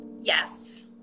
Yes